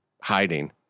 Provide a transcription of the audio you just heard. hiding